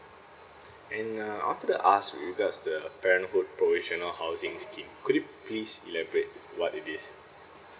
and uh I wanted to ask you guys the parenthood provisional housing scheme could you please elaborate what it is